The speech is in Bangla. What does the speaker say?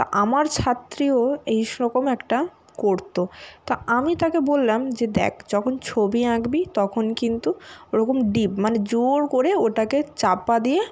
তা আমার ছাত্রীও এইরকম একটা করতো তো আমি তাকে বললাম যে দেখ যখন ছবি আঁকবি তখন কিন্তু ওরকম ডিপ মানে জোর করে ওটাকে চাপা দিয়ে